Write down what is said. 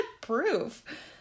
proof